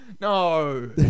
No